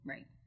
Right